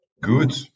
Good